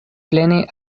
plene